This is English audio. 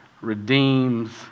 redeems